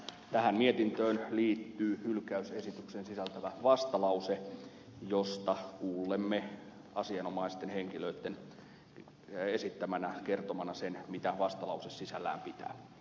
tähän mietintöön liittyy hylkäysesityksen sisältävä vastalause josta kuulemme asianomaisten henkilöitten kertomana sen mitä vastalause sisällään pitää